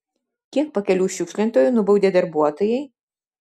kiek pakelių šiukšlintojų nubaudė darbuotojai